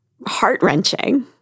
heart-wrenching